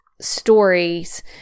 stories